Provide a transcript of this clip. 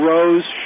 Rose